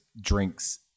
drinks